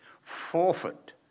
forfeit